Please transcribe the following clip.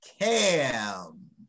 Cam